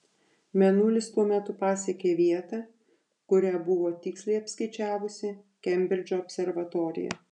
mėnulis tuo metu pasiekė vietą kurią buvo tiksliai apskaičiavusi kembridžo observatorija